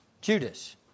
Judas